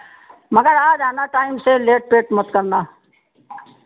मगर आ जाना टाइम से लेट पेट मत करना